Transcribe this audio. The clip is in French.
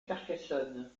carcassonne